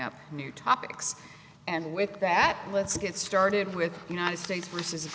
up new topics and with that let's get started with united states versus